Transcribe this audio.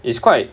it's quite